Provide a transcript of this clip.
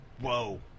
Whoa